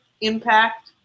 impact